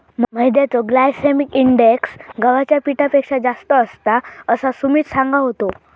मैद्याचो glycemic index गव्हाच्या पिठापेक्षा जास्त असता, असा सुमित सांगा होतो